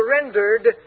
surrendered